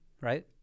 right